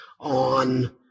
on